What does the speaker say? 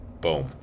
Boom